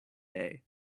day